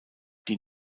die